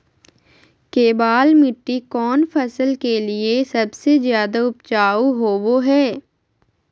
केबाल मिट्टी कौन फसल के लिए सबसे ज्यादा उपजाऊ होबो हय?